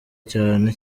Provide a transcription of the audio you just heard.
cyane